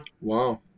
wow